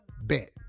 Bet